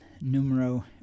numero